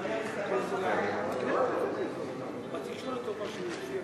רבניים (קיום פסקי-דין של גירושין)